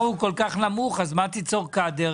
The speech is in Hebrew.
אבל אם השכר הוא כל כך נמוך אז מה תיצור קאדר?